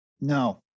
No